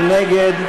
מי נגד?